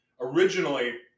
originally